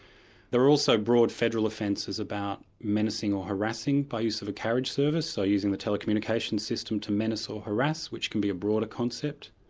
there are also broad federal offences about menacing or harassing by use of a carriage service, so using the telecommunications system to menace or harass, which can be a broader concept.